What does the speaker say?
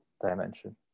dimension